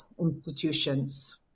institutions